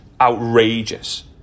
outrageous